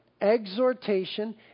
exhortation